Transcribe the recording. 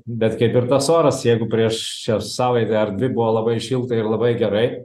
bet kaip ir tas oras jeigu prieš šią savaitę ar dvi buvo labai šilta ir labai gerai